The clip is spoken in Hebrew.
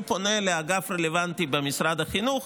הוא פונה לאגף הרלוונטי במשרד החינוך.